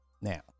Now